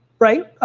right? ah